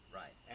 right